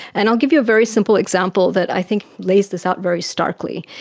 and i'll give you a very simple example that i think lays this out very starkly.